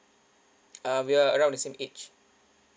uh we're around the same age